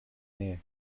nähe